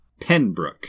Penbrook